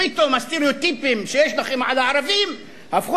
פתאום הסטריאוטיפים שיש לכם על הערבים הפכו